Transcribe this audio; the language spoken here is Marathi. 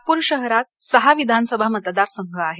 नागपूर शहरात सहा विधानसभा मतदारसंघ आहेत